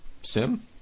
sim